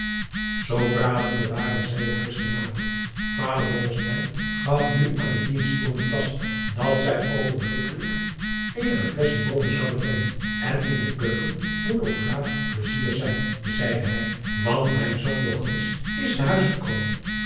zoo pratende waren zij het huis genaderd vader blommesteyn gaf nu aan de dienstboden last dat zij oogenblikkelijk eenige flesschen boven zouden brengen en in de keuken moet ook braaf plaisier zijn zeide hij want mijn zoon johannes is te huis gekomen